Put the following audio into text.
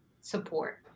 support